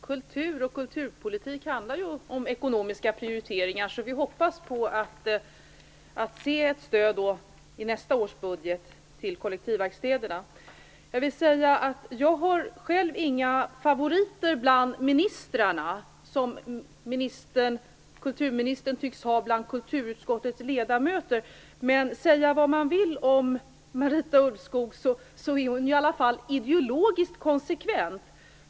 Herr talman! Kultur och kulturpolitik handlar ju om ekonomiska prioriteringar. Vi hoppas att i nästa års budget få se stöd till kollektivverkstäderna. Jag har själv inga favoriter bland ministrarna, som kulturministern tycks ha bland kulturutskottets ledamöter. Säga vad man vill om Marita Ulvskog men hon är i alla fall ideologiskt konsekvent.